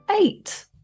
eight